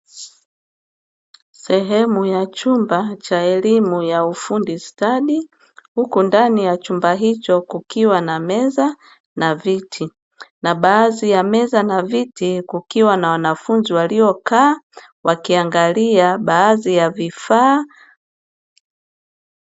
Sehemu ya chumba cha elimu ya ufundi stadi, huku ndani ya chumba hicho kukiwa na meza na viti, na baadhi ya meza na viti kukiwa na wanafunzi waliokaa wakiangalia baadhi ya vifaa.